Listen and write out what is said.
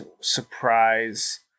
surprise